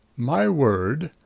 my word,